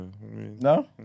No